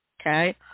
okay